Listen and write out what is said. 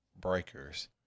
Breakers